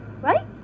right